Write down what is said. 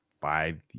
five